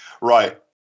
right